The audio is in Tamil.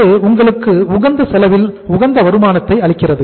இது உங்களுக்கு உகந்த செலவில் உகந்த வருமானத்தை அளிக்கிறது